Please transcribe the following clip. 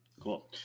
Cool